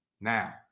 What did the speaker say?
Now